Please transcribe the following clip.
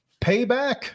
payback